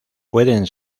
pueden